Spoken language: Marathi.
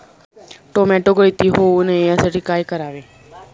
टोमॅटो गळती होऊ नये यासाठी काय करावे?